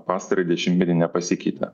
pastarąjį dešimtmetį nepasikeitė